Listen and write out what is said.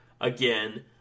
again